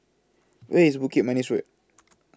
Where IS Bukit Manis Road